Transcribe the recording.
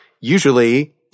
usually